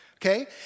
Okay